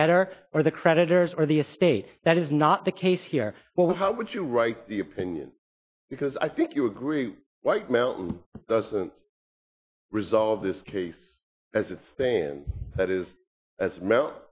debtor or the creditors or the est that is not the case here well how would you write the opinion because i think you agree white male doesn't resolve this case as it stands that is as well